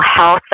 health